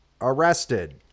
arrested